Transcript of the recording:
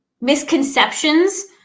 misconceptions